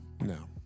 No